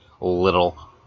Little